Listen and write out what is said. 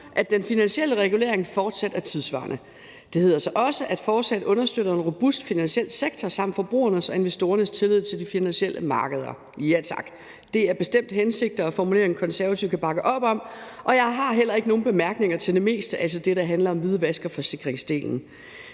at den finansielle regulering fortsat er tidssvarende. Det hedder sig også, at forslaget understøtter en robust finansiel sektor samt forbrugernes og investorernes tillid til de finansielle markeder. Ja tak – det er bestemt hensigter og formuleringer, en konservativ kan bakke op om, og jeg har heller ikke nogen bemærkninger til det meste, altså den del, der handler om hvidvask og forsikring.